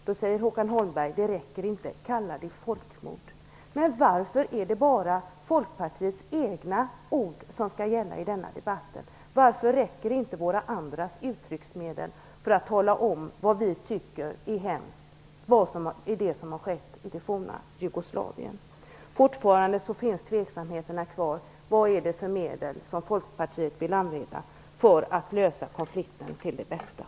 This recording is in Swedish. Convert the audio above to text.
Då säger Håkan Holmberg: Det räcker inte, kalla det folkmord. Men varför är det bara Folkpartiets egna ord som skall gälla i denna debatt? Varför räcker inte de uttrycksmedel vi andra använder för att tala om vad vi tycker är hemskt i det som har skett i det forna Jugoslavien? Fortfarande finns tveksamheterna kvar. Vad är det för medel som Folkpartiet vill använda för att på bästa sätt lösa konflikten?